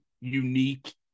unique